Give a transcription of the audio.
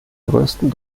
größten